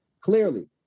clearly